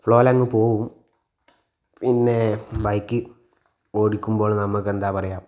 ഫ്ലോയിലങ്ങ് പോവും പിന്നെ ബൈക്ക് ഓടിക്കുമ്പോൾ നമുക്കെന്താ പറയുക